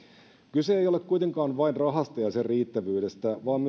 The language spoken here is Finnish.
kyse ei ole kuitenkaan vain rahasta ja sen riittävyydestä vaan